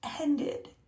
ended